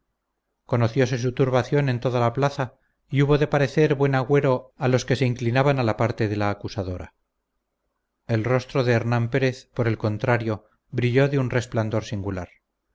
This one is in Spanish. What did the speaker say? doncel conocióse su turbación en toda la plaza y hubo de parecer buen agüero a los que se inclinaban a la parte de la acusadora el rostro de hernán pérez por el contrario brilló de un resplandor singular